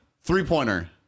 Three-pointer